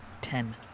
Ten